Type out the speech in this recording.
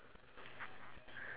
why